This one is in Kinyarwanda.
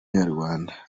nyarwanda